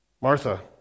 Martha